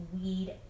weed